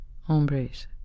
hombres